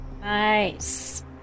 Nice